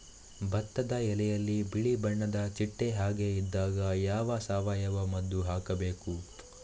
ಭತ್ತದ ಎಲೆಯಲ್ಲಿ ಬಿಳಿ ಬಣ್ಣದ ಚಿಟ್ಟೆ ಹಾಗೆ ಇದ್ದಾಗ ಯಾವ ಸಾವಯವ ಮದ್ದು ಹಾಕಬೇಕು?